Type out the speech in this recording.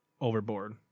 overboard